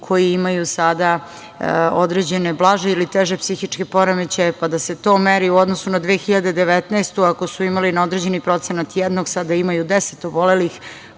koji imaju sada određene blaže ili teže psihičke poremećaje, pa da se to meri u odnosu na 2019. godinu, ako su imali na određeni procenat jednog, sada imaju deset obolelih,